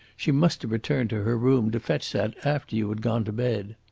she must have returned to her room to fetch that after you had gone to bed.